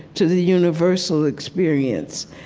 to the universal experience.